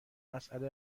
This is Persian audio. مسأله